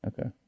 Okay